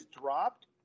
dropped